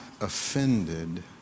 offended